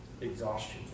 exhaustion